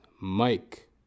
Mike